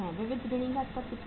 विविध ऋणी का स्तर कितना है